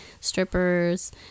strippers